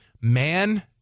Man